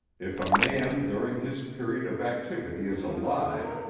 if a man during his period of activity is alive,